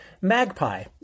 Magpie